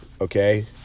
okay